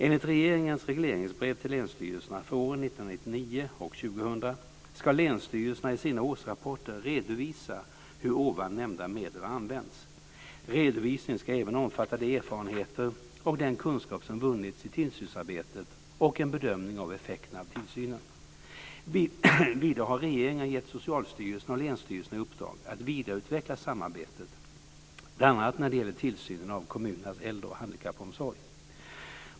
Enligt regeringens regleringsbrev till länsstyrelserna för åren 1999 och 2000 ska länsstyrelserna i sina årsrapporter redovisa hur ovan nämnda medel har använts. Redovisningen ska även omfatta de erfarenheter och den kunskap som vunnits i tillsynsarbetet och en bedömning av effekterna av tillsynen. Vidare har regeringen givit Socialstyrelsen och länsstyrelserna i uppdrag att vidareutveckla samarbetet bl.a. när det gäller tillsynen av kommunernas äldre och handikappomsorg.